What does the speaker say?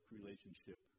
relationship